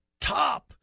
top